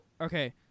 Okay